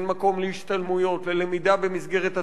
אין מקום להשתלמויות ולמידה במסגרת הצוותים,